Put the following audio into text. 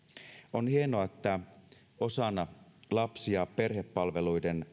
on hienoa että osana lapsi ja perhepalveluiden